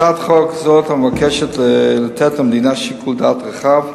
הצעת חוק זאת, המבקשת לתת למדינה שיקול דעת רחב,